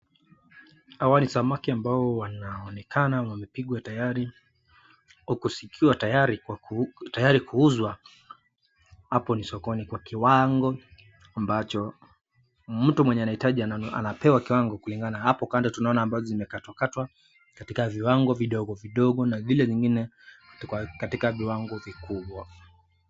Hawa ni samaki ambao wanaonekana wamepikwa tayari, huku wakiwa tayari kwa ku tayari kuuzwa hapo sokoni kwa kiwango ambacho mtu mwenye anahitaji anapewa kiwango kulingana. Hapo kando tunaona ambavyo zimekatwa katika viwango vidogo vidogo na vile zingine katika viwango vikubwa.